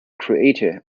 created